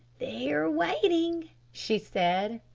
they are waiting, she said.